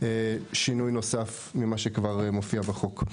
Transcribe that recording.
שינוי נוסף ממה שכבר מופיע בחוק.